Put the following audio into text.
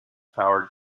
powered